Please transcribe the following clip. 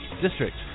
district